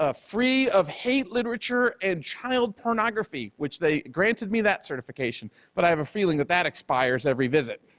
ah free of hate literature and child pornography, which they granted me that certification, but i have a feeling that that expires every visit.